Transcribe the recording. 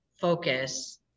focus